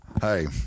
Hey